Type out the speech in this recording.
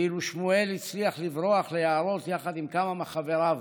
ואילו שמואל הצליח לברוח ליערות יחד עם כמה מחבריו,